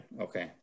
Okay